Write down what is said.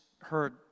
heard